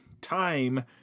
time